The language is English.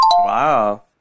Wow